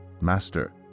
Master